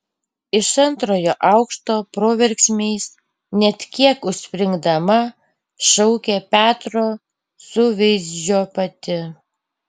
iš antrojo aukšto proverksmiais net kiek užspringdama šaukė petro suveizdžio pati